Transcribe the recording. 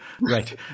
Right